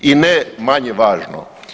I ne manje važno.